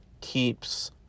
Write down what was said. keeps